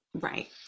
Right